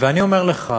ואני אומר לך,